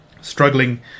struggling